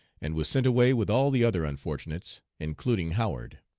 and was sent away with all the other unfortunates, including howard.